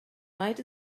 might